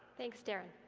thanks, darren.